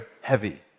heavy